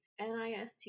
NIST